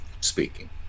speaking